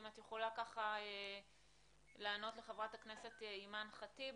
אם את יכולה לענות לחברת הכנסת אימאן ח'טיב.